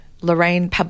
Lorraine